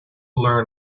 learn